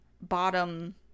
bottom